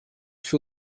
für